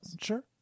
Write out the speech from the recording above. Sure